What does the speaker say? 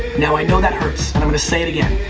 now i know that hurts and i'm gonna say it again.